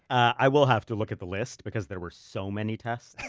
i will have to look at the list because there were so many tests.